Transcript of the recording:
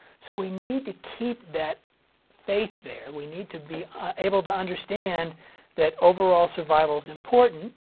so we need to keep that faith there. we need to be ah able to understand that overall survival is important.